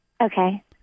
Okay